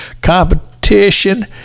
competition